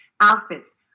outfits